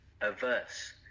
averse